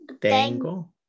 Tango